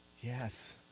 Yes